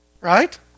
right